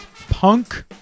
punk